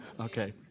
Okay